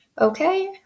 Okay